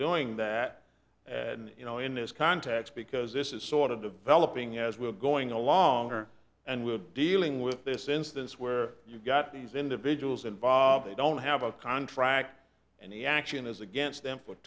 doing that and you know in this context because this is sort of developing as we're going along or and we're dealing with this instance where you've got these individuals involved they don't have a contract and the action is against them for